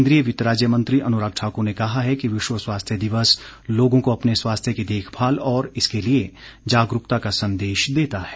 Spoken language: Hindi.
केन्द्रीय वित्त राज्य मंत्री अनुराग ठाकुर ने कहा है कि विश्व स्वास्थ्य दिवस लोगों को अपने स्वास्थ्य की देखभाल और इसके लिए जागरूकता का संदेश देता है